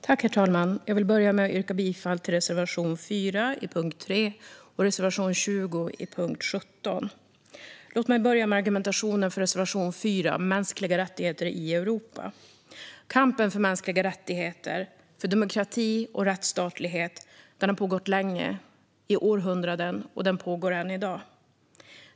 Herr talman! Jag vill börja med att yrka bifall till reservation 4 under punkt 3 och reservation 20 under punkt 17. Låt mig börja med argumentationen för reservation 4, Mänskliga rättigheter i Europa. Kampen för mänskliga rättigheter, för demokrati och för rättsstatlighet har pågått länge - i århundraden. Den pågår än i dag.